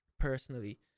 personally